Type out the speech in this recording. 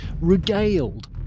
regaled